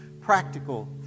practical